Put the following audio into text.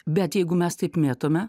bet jeigu mes taip mėtome